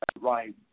right